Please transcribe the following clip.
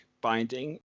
binding